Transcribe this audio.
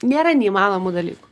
nėra neįmanomų dalykų